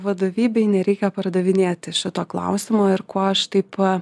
vadovybei nereikia pardavinėti šito klausimo ir kuo aš taip